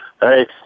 hey